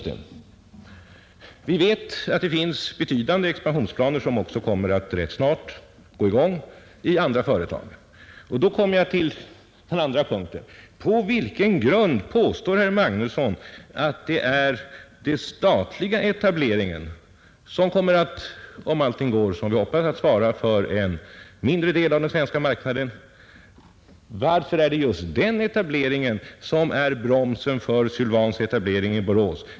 Vi vet att det inom andra företag finns ganska betydande expansionsplaner som rätt snart kommer att sättas i verket. Jag kommer härmed till den andra punkt som jag vill ta upp i detta sammanhang. På vilken grund påstår herr Magnusson att det är just den statliga etableringen — vilken om allt går som vi hoppas kommer att täcka en mindre del av den svenska marknaden — som förhindrar Sylvans etablering i Borås?